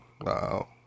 wow